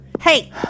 Hey